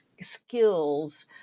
skills